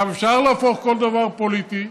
אפשר להפוך כל דבר לפוליטי,